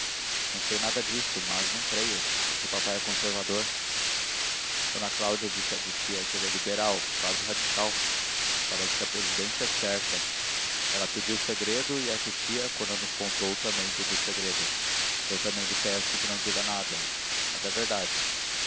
não sei nada disso mas não creio porque papai é conservador d cláudia disse a titia que ele é liberal quase radical parece que a presidência é certa ela pediu segredo e titia quando nos contou também pediu segredo eu também lhe peço que não diga nada mas é verdade